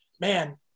man